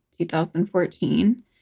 2014